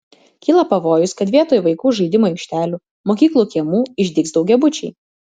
kyla pavojus kad vietoj vaikų žaidimų aikštelių mokyklų kiemų išdygs daugiabučiai